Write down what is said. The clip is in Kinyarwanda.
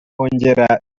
hongera